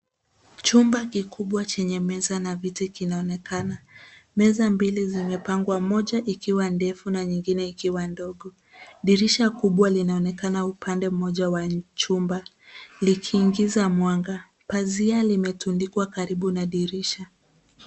Chumba kikubwa chenye meza na viti kinaonekana. Meza mbili zimepangwa, moja ikiwa ndefu na nyingine ikiwa ndogo. Dirisha kubwa linaonekana upande mmoja wa chumba likiingiza mwanga. Pazia limetundikwa karibu na dirisha.